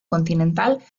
continental